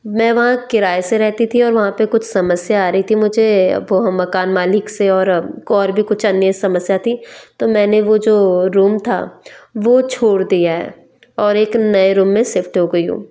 मैं वहाँ किराये से रहती थी और वहाँ पर कुछ समस्या आ रही थी मुझे वो मकान मालिक से और भी कुछ अन्य समस्या थी तो मैंने वो जो रूम था वो छोड़ दिया है और एक नये रूम में शिफ्ट हो गई हूँ